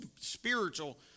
spiritual